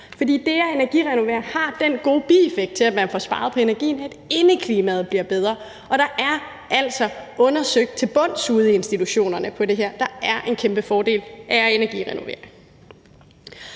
fordi det at energirenovere og få sparet på energien har den gode bieffekt, at indeklimaet bliver bedre, og det her er altså undersøgt til bunds ude i institutionerne. Der er en kæmpe fordel ved at energirenovere.